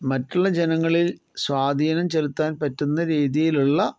മറ്റുള്ള ജനങ്ങളിൽ സ്വാധീനം ചെലുത്താൻ പറ്റുന്ന രീതിയിലുള്ള